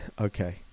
Okay